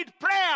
prayer